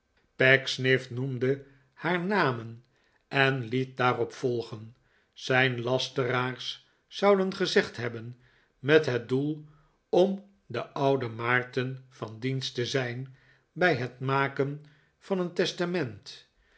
pecksniff noemde haar nam en en liet daarop volgen zijn lasteraars zouden gezegd hebben met het doel om den ouden maarten van dienst te zijn bij het maken van een testament